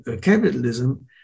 capitalism